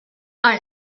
are